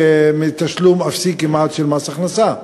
מתשלום אפסי כמעט של מס הכנסה,